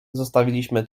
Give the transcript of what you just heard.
zostawiliśmy